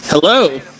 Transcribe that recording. Hello